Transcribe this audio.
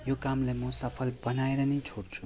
यो कामलाई म सफल बनाएर नै छोड्छु